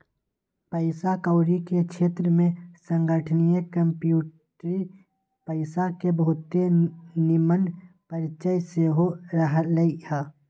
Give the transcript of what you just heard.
पइसा कौरी के क्षेत्र में संगणकीय कंप्यूटरी पइसा के बहुते निम्मन परिचय सेहो रहलइ ह